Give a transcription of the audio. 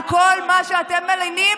על כל מה שאתם מלינים,